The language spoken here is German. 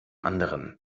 anderen